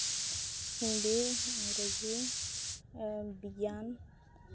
ᱦᱤᱱᱫᱤ ᱤᱝᱨᱮᱡᱤ ᱵᱤᱜᱽᱜᱟᱱ